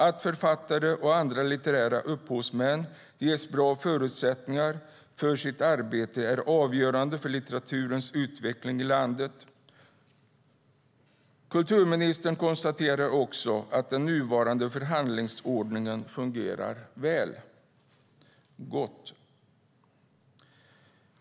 Att författare och andra litterära upphovsmän ges bra förutsättningar för sitt arbete är avgörande för litteraturens utveckling i landet. Kulturministern konstaterade också att den nuvarande förhandlingsordningen fungerar väl. Gott!